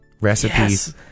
recipes